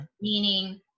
meaning